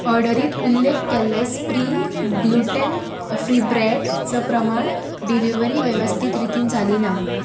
ऑर्डरींत उल्लेख केल्ले स्प्रींग ग्लुटेन फ्री ब्रेडचें प्रमाण डिलिव्हरी वेवस्थीत रितीन जाली ना